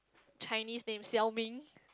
Chinese name Xiao ming